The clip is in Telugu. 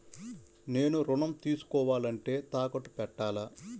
నేను ఋణం తీసుకోవాలంటే తాకట్టు పెట్టాలా?